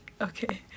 Okay